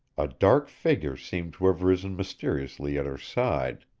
a dark figure seemed to have risen mysteriously at her side.